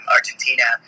Argentina